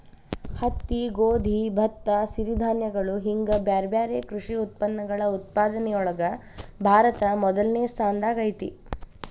ಹತ್ತಿ, ಗೋಧಿ, ಭತ್ತ, ಸಿರಿಧಾನ್ಯಗಳು ಹಿಂಗ್ ಬ್ಯಾರ್ಬ್ಯಾರೇ ಕೃಷಿ ಉತ್ಪನ್ನಗಳ ಉತ್ಪಾದನೆಯೊಳಗ ಭಾರತ ಮೊದಲ್ನೇ ಸ್ಥಾನದಾಗ ಐತಿ